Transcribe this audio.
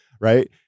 Right